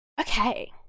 okay